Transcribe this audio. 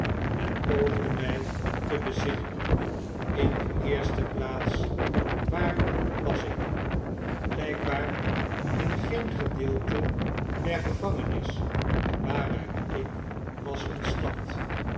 en poogde my te bezinnen in de eerste plaats waar was ik blykbaar in geen gedeeite der gevangenis waaruit ik was ontsnapt